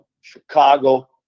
Chicago